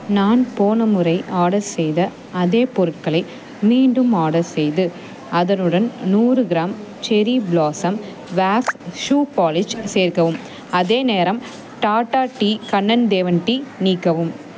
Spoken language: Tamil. நான் போன முறை ஆடர் செய்த அதே பொருட்களை மீண்டும் ஆடர் செய்து அதனுடன் நூறு gram cherry blossom wax shoe polish சேர்க்கவும் அதே நேரம் டாடா டீ கண்ணன் தேவன் டீ நீக்கவும்